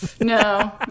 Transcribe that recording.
No